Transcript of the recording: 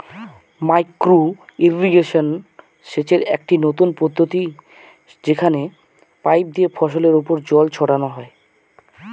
micro irrigation সেচের একটি নতুন পদ্ধতি যেখানে পাইপ দিয়ে ফসলের ওপর জল ছড়ানো হয়